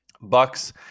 Bucks